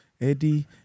Eddie